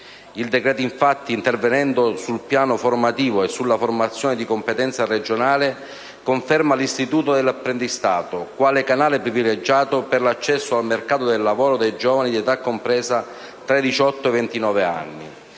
Il decreto, infatti, intervenendo sul piano formativo e sulla formazione di competenza regionale, conferma l'istituto dell'apprendistato quale canale privilegiato per l'accesso al mercato del lavoro dei giovani di età compresa tra i 18 e i 29 anni.